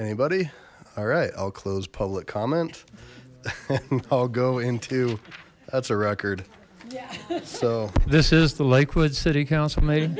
anybody all right i'll close public comment i'll go into that's a record so this is the lakewood city council m